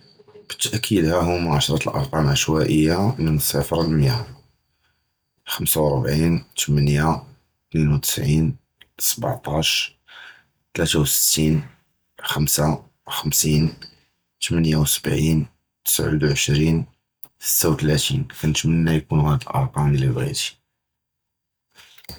בְּתַכִּיד הָאהוּמָא עַשְרָה אֻלְקָּרָאם הַעַשְוָאִיִּים מִן סֵפֶר לְמִיַה, חֻמְסָה וְרְבְעִין תְמְנִיָּה אִתְנֵין וְתִשְעִין סְבַעְטַאש תְלָאתָה וְשִשְתְּשִין חֻמְסָה חֻמְשִין תְמְנִיָּה וְסְבְעִין וַחְד וְעֶשְרִין שֵתָה וְתְלָאתִין, קְנְתְמַנָּא יְקוּנוּ הָאַד אֻלְקָּרָאם לִי בְּגִיתִי.